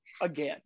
again